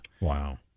Wow